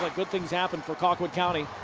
like good things happened for colquitt county.